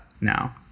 now